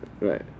Right